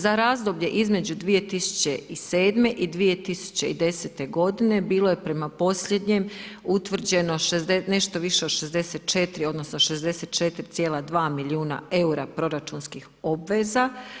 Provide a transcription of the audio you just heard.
Za razdoblje između 2007. i 2010. godine bilo je prema posljednjem utvrđeno nešto više od 64 odnosno 64,2 milijuna eura proračunskih obveza.